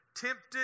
tempted